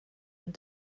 ond